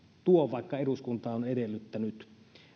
tuo vaikka eduskunta on edellyttänyt